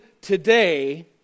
today